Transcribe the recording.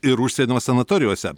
ir užsienio sanatorijose